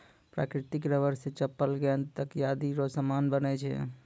प्राकृतिक रबर से चप्पल गेंद तकयादी रो समान बनै छै